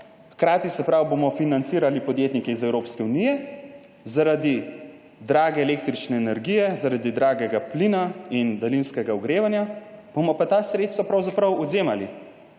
pravi, hkrati bomo financirali podjetnike iz Evropske unije, zaradi drage električne energije, zaradi dragega plina in daljinskega ogrevanja bomo pa ta sredstva pravzaprav odvzemali